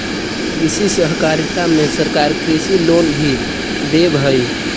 कृषि सहकारिता में सरकार कृषि लोन भी देब हई